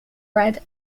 red